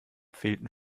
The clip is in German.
fehlten